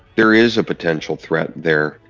there is a potential threat there,